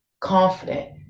confident